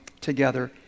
together